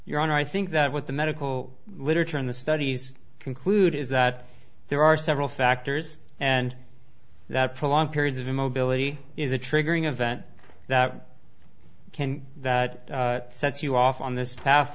your honor i think that what the medical literature on the studies conclude is that there are several factors and that prolonged periods of immobility is a triggering event that can that set you off on this pa